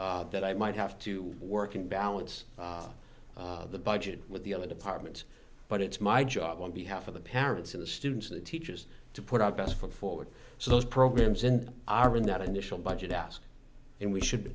that i might have to work in balance the budget with the other departments but it's my job on behalf of the parents of the students the teachers to put our best foot forward so those programs and are in that initial budget ask and we should